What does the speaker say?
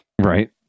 Right